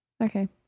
Okay